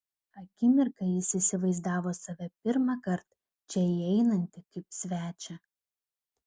akimirką jis įsivaizdavo save pirmąkart čia įeinantį kaip svečią